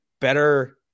better